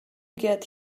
get